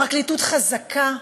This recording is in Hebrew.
פרקליטות חזקה,